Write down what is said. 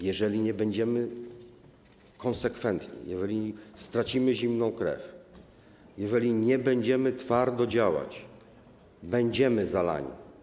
Jeżeli nie będziemy konsekwentni, jeżeli stracimy zimną krew, jeżeli nie będziemy twardo działać, będziemy zalani.